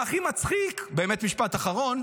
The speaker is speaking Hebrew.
והכי מצחיק, באמת משפט אחרון,